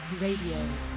Radio